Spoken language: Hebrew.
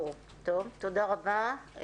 ברור, תודה רבה.